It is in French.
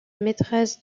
maîtresse